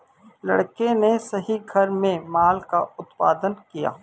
लड़के ने सही घर में माल का उत्पादन किया